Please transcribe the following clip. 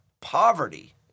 poverty